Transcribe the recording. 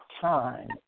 time